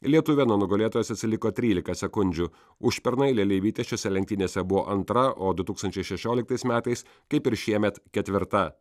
lietuvė nuo nugalėtojos atsiliko trylika sekundžių užpernai leleivytė šiose lenktynėse buvo antra o du tūkstančiai šešioliktais metais kaip ir šiemet ketvirta